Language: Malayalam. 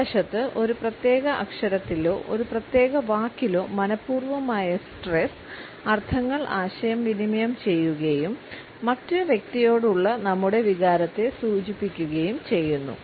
മറുവശത്ത് ഒരു പ്രത്യേക അക്ഷരത്തിലോ ഒരു പ്രത്യേക വാക്കിലോ മനപൂർവമായ സ്ട്രസ്സ് അർത്ഥങ്ങൾ ആശയവിനിമയം ചെയ്യുകയും മറ്റ് വ്യക്തിയോടുള്ള നമ്മുടെ വികാരത്തെ സൂചിപ്പിക്കുകയും ചെയ്യുന്നു